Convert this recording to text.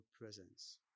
presence